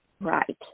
right